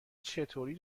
چطوری